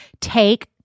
Take